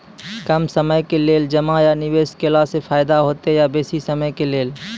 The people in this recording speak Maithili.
कम समय के लेल जमा या निवेश केलासॅ फायदा हेते या बेसी समय के लेल?